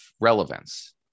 relevance